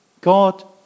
God